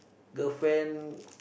the friend